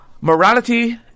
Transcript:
morality